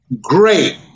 great